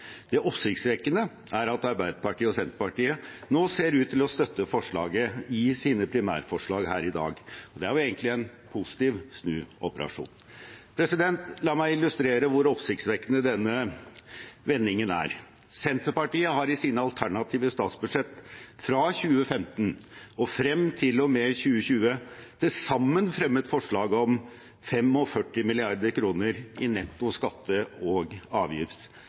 Det oppsiktsvekkende er at Arbeiderpartiet og Senterpartiet nå ser ut til å støtte forslaget i sine primærforslag her i dag. Det er egentlig en positiv snuoperasjon. La meg illustrere hvor oppsiktsvekkende denne vendingen er. Senterpartiet har i sine alternative statsbudsjett fra 2015 og frem til og med 2020 til sammen fremmet forslag om 45 mrd. kr i netto skatte- og